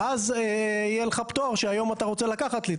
ואז יהיה לך פטור שהיום אתה רוצה לקחת לי,